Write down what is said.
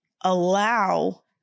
allow